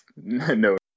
No